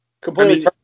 completely